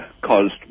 caused